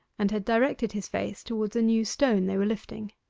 and had directed his face towards a new stone they were lifting.